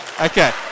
Okay